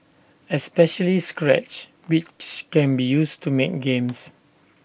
especially scratch which can be used to make games